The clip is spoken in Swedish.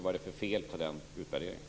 Vad är det för fel på den utvärderingen?